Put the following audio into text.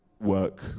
work